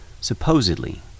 supposedly